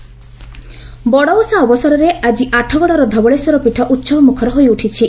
ବଡ଼ଓଷା ବଡ଼ଓଷା ଅବସରରେ ଆକି ଆଠଗଡ଼ର ଧବଳେଶ୍ୱର ପୀଠ ଉହବମୁଖର ହୋଇଉଠିଛି